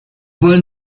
wollen